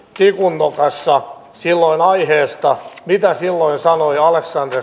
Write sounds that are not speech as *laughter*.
tikunnokassa silloin aiheesta mitä silloin sanoi alexander *unintelligible*